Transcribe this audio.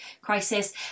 crisis